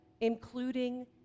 including